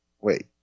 Wait